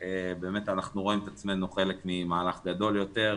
ואנחנו רואים את עצמנו חלק ממהלך גדול יותר.